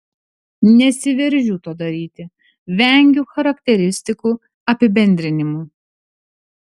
nesiveržiu to daryti vengiu charakteristikų apibendrinimų